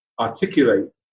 articulate